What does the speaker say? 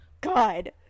God